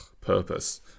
purpose